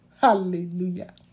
Hallelujah